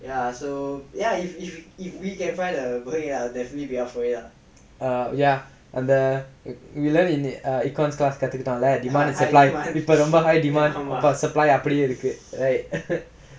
ya அந்த:antha we learn in econs class கத்துக்கிட்டோல:kathukkittola demand and supply இப்ப ரொம்ப:ippa romba high demand supply அப்பிடியே இருக்கு:appidiyae irukku